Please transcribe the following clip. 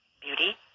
Beauty